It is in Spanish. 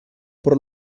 por